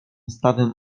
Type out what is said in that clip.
stawem